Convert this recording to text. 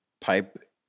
pipe